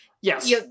Yes